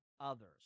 others